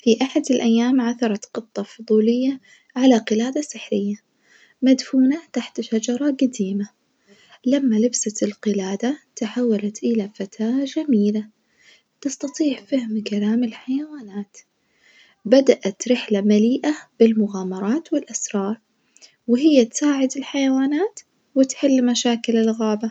في أحد الأيام عثرت قطة فضولية على قلادة سحرية مدفونة تحت شجرة جديمة، لما لبست القلادة تحولت إلى فتاة جميلة تستطيع فهم كلام الحيوانات، بدأت رحلة مليئة بالمغامرات والأسرار وهي تساعد الحيوانات وتحل مشاكل الغابة.